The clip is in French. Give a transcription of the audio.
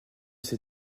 ses